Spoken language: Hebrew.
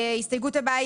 ההסתייגות הבאה היא,